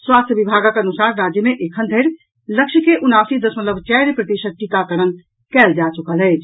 स्वास्थ्य विभागक अनुसार राज्य मे एखन धरि लक्ष्य के उनासी दशमलव चारि प्रतिशत टीकाकरण कयल जा चुकल अछि